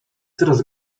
coraz